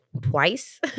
twice